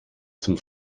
zum